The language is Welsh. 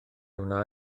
wna